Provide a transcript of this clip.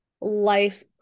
life